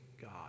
God